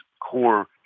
core